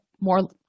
more